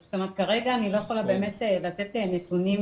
כרגע אני לא יכולה באמת לתת נתונים